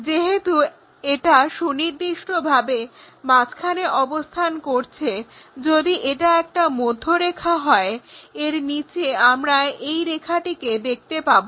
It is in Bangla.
যেহেতু এটা সুনির্দিষ্টভাবে মাঝখানে অবস্থান করছে যদি এটা একটা মধ্যরেখা হয় এর নিচে আমরা এই রেখাটিকে দেখতে পাবো